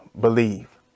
Believe